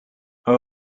are